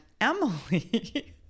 Emily